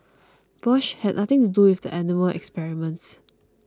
Bosch had nothing to do with the animal experiments